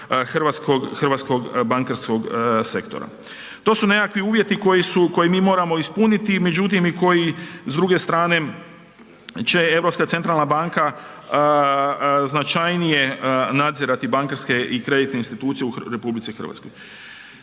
hrvatskog bankarskog sektora. To su nekakvi uvjeti koje mi moramo ispuniti međutim i koji s druge strane će Europska centrala banka značajnije nadzirati bankarske i kreditne institucije u RH.